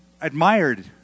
admired